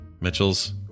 Mitchell's